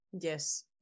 Yes